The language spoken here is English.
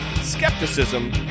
skepticism